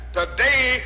today